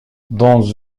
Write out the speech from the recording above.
dans